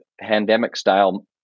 pandemic-style